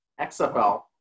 XFL